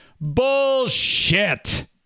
Bullshit